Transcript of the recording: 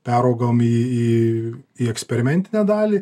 peraugom į į į eksperimentinę dalį